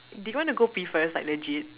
do you wanna go pee first like legit